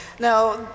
Now